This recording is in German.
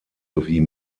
sowie